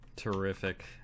Terrific